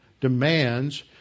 demands